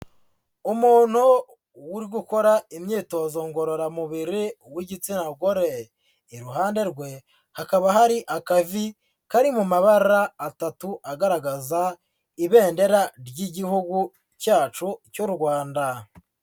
Umuntu uri gukora imyitozo ngororamubiri w'igitsina gore, iruhande rwe hakaba hari akavi kari mu mabara atatu agaragaza ibendera ry'Igihugu cyacu cy'u Rwanda.